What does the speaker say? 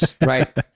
Right